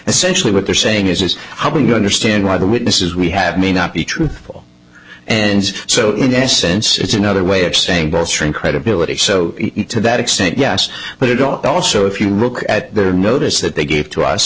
essentially what they're saying is this how do you understand why the witnesses we have may not be truthful and so in this sense it's another way of saying both ring credibility so to that extent yes but it also if you look at the notice that they gave to us